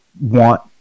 want